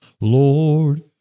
Lord